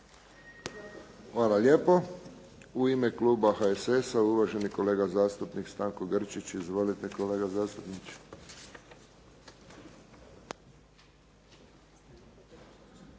Hvala lijepo. U ime kluba HSS-a, uvaženi kolega zastupnik Stanko Grčić. Izvolite kolega zastupniče.